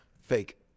Fake